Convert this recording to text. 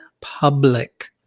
public